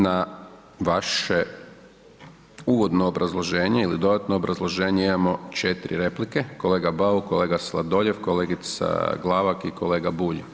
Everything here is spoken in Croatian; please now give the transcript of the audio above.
Na vaše uvodno obrazloženje ili dodatno obrazloženje imamo 4 replike, kolega Bauk, kolega Sladoljev, kolegica Glavak i kolega Bulj.